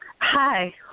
Hi